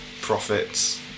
profits